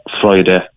Friday